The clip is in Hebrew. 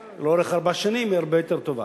לאורך ארבע שנים תהיה הרבה יותר טובה.